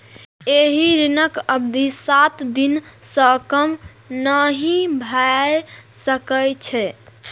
एहि ऋणक अवधि सात दिन सं कम नहि भए सकै छै